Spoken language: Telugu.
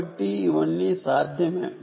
కాబట్టి ఇవన్నీ సాధ్యమే